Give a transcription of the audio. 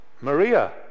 Maria